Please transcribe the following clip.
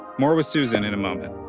more with susan in a moment.